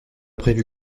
prévu